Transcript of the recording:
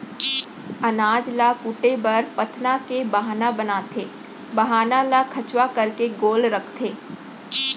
अनाज ल कूटे बर पथना के बाहना बनाथे, बाहना ल खंचवा करके गोल रखथें